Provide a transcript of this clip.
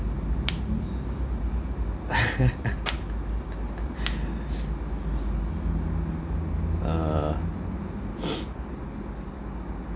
uh